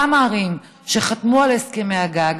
באותן ערים שחתמו על הסכמי הגג,